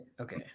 Okay